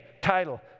title